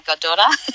goddaughter